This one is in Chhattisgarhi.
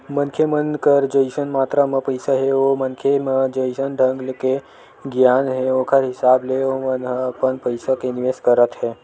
मनखे मन कर जइसन मातरा म पइसा हे ओ मनखे म जइसन ढंग के गियान हे ओखर हिसाब ले ओमन ह अपन पइसा के निवेस करत हे